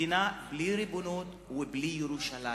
מדינה בלי ריבונות ובלי ירושלים.